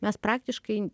mes praktiškai